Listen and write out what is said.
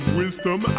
wisdom